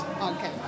Okay